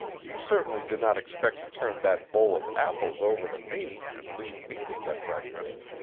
you certainly do not expect to turn that bowl of apples over to me and leave me to get breakfast?